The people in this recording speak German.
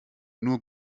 nur